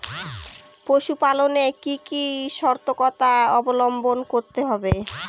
পশুপালন এ কি কি সর্তকতা অবলম্বন করতে হবে?